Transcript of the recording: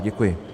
Děkuji.